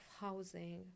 housing